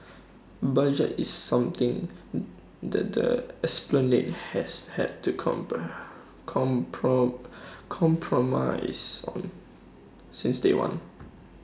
budget is something that the esplanade has had to compromise on since day one